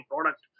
product